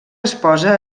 esposa